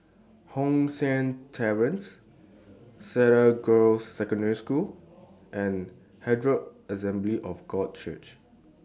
Hong San Terrace Cedar Girls' Secondary School and Herald Assembly of God Church